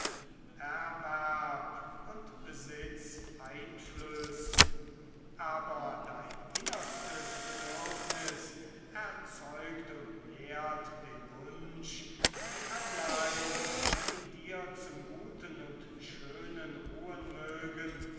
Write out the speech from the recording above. und besitz einflößen aber dein innerstes bedürfnis erzeugt und nährt den wunsch die anlagen die in dir zum guten und schönen ruhen mögen